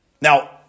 Now